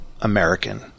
American